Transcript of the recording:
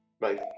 bye